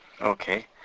Okay